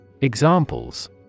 Examples